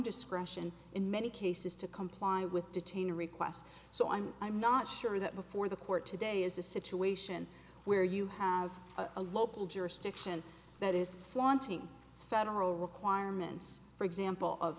discretion in many cases to comply with detaining requests so i'm i'm not sure that before the court today is a situation where you have a local jurisdiction that is flaunting federal requirements for example of